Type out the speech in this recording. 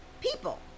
people